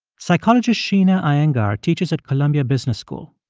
psychologist sheena iyengar teaches at columbia business school.